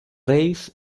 reis